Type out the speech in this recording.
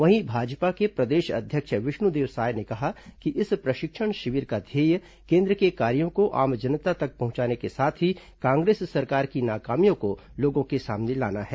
वहीं भाजपा के प्रदेश अध्यक्ष विष्णुदेव साय ने कहा कि इस प्रशिक्षण शिविर का ध्येय केन्द्र के कार्यों को आम जनता तक पहुंचाने के साथ ही कांग्रेस सरकार की नाकामियों को लोगों के सामने लाना है